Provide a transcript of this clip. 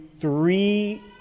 three